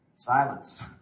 Silence